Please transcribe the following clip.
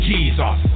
Jesus